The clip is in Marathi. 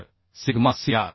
तर सिग्मा cr